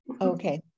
Okay